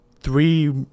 three